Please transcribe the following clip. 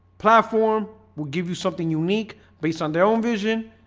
platform will give you something unique based on their own vision.